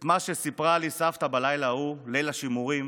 את מה שסיפרה לי סבתא בלילה ההוא, ליל השימורים,